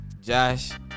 Josh